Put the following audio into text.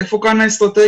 איפה כאן האסטרטגיה?